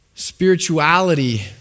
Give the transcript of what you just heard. Spirituality